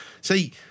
See